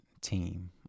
team